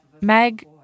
Meg